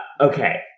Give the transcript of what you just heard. Okay